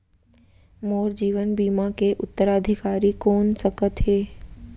मोर जीवन बीमा के उत्तराधिकारी कोन सकत हे?